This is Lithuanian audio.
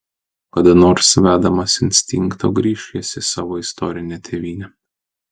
o kada nors vedamas instinkto grįš jis į savo istorinę tėvynę